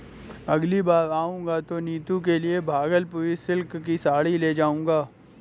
अगली बार आऊंगा तो नीतू के लिए भागलपुरी सिल्क की साड़ी ले जाऊंगा